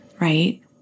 right